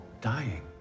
dying